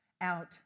out